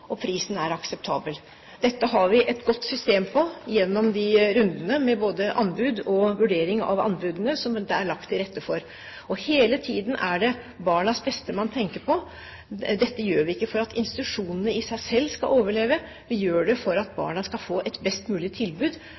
og prisen er akseptabel. Dette har vi et godt system på gjennom de rundene med både anbud og vurdering av anbudene som det er lagt til rette for. Hele tiden er det barnas beste man tenker på. Dette gjør vi ikke for at institusjonene i seg selv skal overleve. Vi gjør det for at barna skal få et best mulig tilbud.